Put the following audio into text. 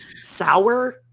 Sour